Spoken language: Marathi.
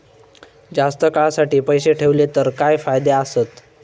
जास्त काळासाठी पैसे ठेवले तर काय फायदे आसत?